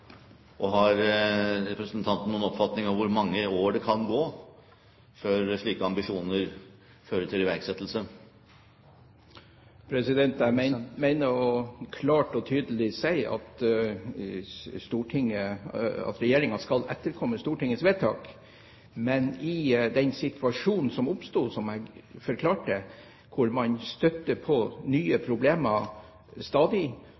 Har representanten noen oppfatning av hvor mange år det kan gå før slike ambisjoner fører til iverksettelse? Jeg vil klart og tydelig si at regjeringen skal etterkomme Stortingets vedtak, men som jeg forklarte, i den situasjonen som oppsto, da man stadig støtte på nye problemer, ble ikke det gjort slik som